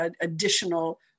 additional